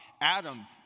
Adam